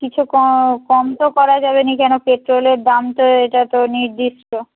কিছু কম তো করা যাবে না কেন পেট্রোলের দাম তো এটা তো নির্দিষ্ট